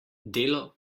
delo